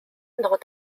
nor